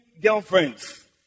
girlfriends